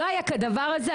לא היה כדבר הזה,